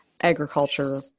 agriculture